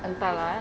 entah lah eh